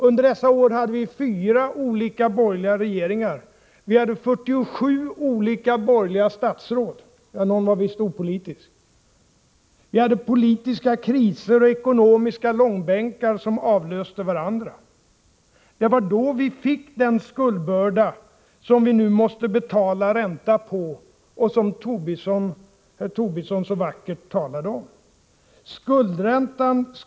Under dessa år hade vi fyra olika borgerliga regeringar. Vi hade 47 olika borgerliga statsråd — ja, någon var visst opolitisk. Politiska kriser och långbänkar avlöste varandra. Det var då vi fick den skuldbörda som vi nu måste betala ränta på och som herr Tobisson så vackert talade om.